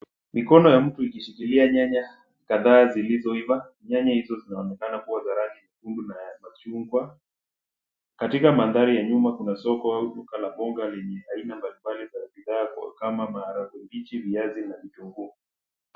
Mikono ya mtu ikishikilia nyanya kadhaa zilizoiva. Nyanya hizo zinaonekana kuwa za rangi nyekundu na ya machungwa. Katika mandhari ya nyuma, kuna soko au duka la mboga, lenye aina mbalimbali za bidhaa, kama maharagwe mbichi, viazi na vitunguu.